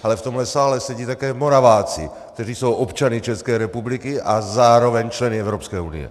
Ale v tomhle sále sedí také Moraváci, kteří jsou občany České republiky a zároveň členy Evropské unie.